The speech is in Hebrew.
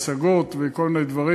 השגות וכל מיני דברים.